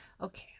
Okay